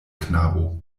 knabo